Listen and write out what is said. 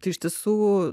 tai iš tiesų